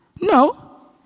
No